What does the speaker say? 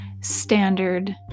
standard